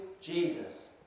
Jesus